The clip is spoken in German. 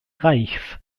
reichs